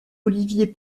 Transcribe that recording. olivier